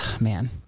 man